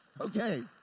Okay